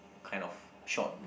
kind of shot